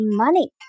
money